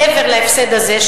מעבר להפסד הזה,